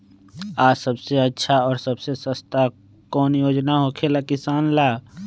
आ सबसे अच्छा और सबसे सस्ता कौन योजना होखेला किसान ला?